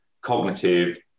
cognitive